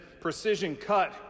precision-cut